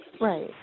Right